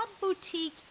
boutique